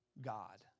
God